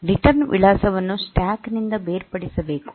return ವಿಳಾಸವನ್ನು stack ನಿಂದ ಬೇರ್ಪಡಿಸಬೇಕು